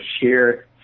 share